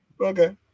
Okay